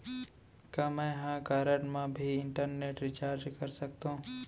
का मैं ह कारड मा भी इंटरनेट रिचार्ज कर सकथो